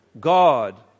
God